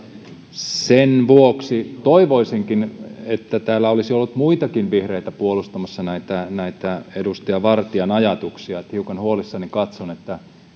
sen vuoksi toivoisinkin että täällä olisi ollut muitakin vihreitä puolustamassa näitä näitä edustaja vartian ajatuksia ja hiukan huolissani katson että